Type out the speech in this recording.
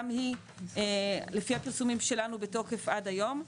היא לפי הפרסומים שלנו בתוקף עד היום.